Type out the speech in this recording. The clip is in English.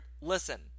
listen